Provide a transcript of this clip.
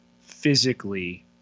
physically